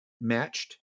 matched